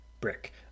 brick